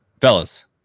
Fellas